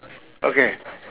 okay